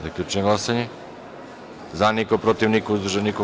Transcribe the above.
Zaključujem glasanje: za – niko, protiv – niko, uzdržanih – nema.